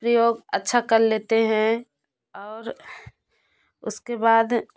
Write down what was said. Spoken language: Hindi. प्रयोग अच्छा कर लेते हैं और उसके बाद